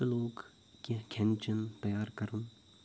تہٕ لوگ کینٛہہ کھِٮ۪ن چٮ۪ن تَیار کَرُن